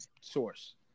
source